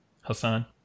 hassan